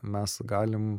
mes galim